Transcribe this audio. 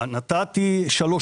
נתתי שלוש